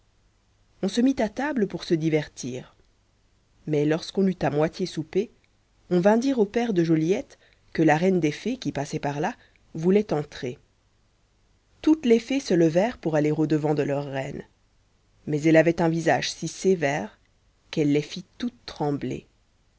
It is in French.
on se mit à table pour se divertir mais lorsqu'on eut à moitié soupé on vint dire au père de joliette que la reine des fées qui passait par là voulait entrer toutes les fées se levèrent pour aller au-devant de leur reine mais elle avait un visage si sévère qu'elle les fit toutes trembler